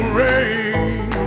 rain